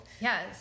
Yes